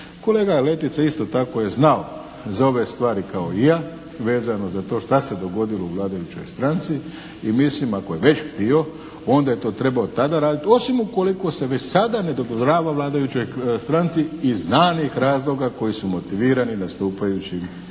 Kolega Letica isto je tako znao za ove stvari kao i ja vezano za to što se dogodilo u vladajućoj stranci. I mislim ako je već bio onda je to trebao tada raditi, osim ukoliko se već sada ne dodvorava vladajućoj stranci iz znanih razloga koji su motivirani na stupajućim